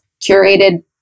curated